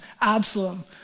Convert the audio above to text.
Absalom